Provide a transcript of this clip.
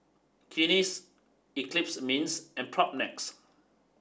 Guinness Eclipse Mints and Propnex